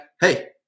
hey